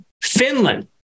Finland